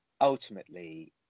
ultimately